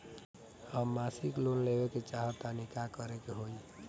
हम मासिक लोन लेवे के चाह तानि का करे के होई?